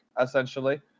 essentially